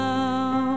Now